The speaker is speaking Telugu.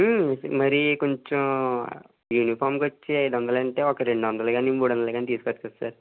మరీ కొంచెం యూనిఫార్మ్కి వచ్చి ఒక ఐదు వందలు అంటే ఒక రెండు వందలు కానీ మూడు వందలు కానీ తీసుకోవచ్చు కదా సార్